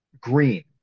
green